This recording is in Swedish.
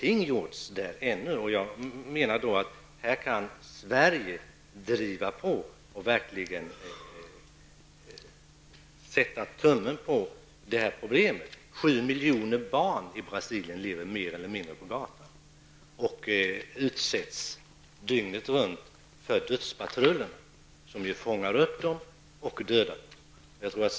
I Brasilien har tydligen ännu ingenting gjorts. Här kan Sverige driva på och verkligen fästa uppmärksamhet på problemet. I Brasilien lever sju miljoner barn mer eller mindre på gatan. Dessa barn utsätts dygnet runt för dödspatruller som fångar upp och dödar dem.